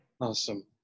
Awesome